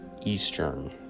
eastern